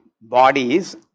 bodies